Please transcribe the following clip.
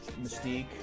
Mystique